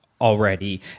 already